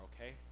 okay